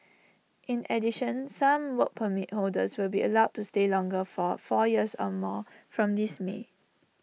in addition some Work Permit holders will be allowed to stay longer for four years A more from this may